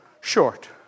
short